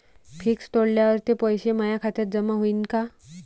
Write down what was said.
Fix तोडल्यावर ते पैसे माया खात्यात जमा होईनं का?